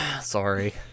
Sorry